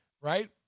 Right